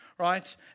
Right